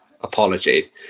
apologies